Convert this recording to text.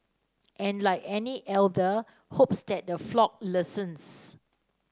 and like any elder hopes that the flock listens